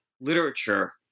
literature